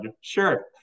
sure